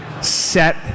set